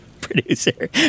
producer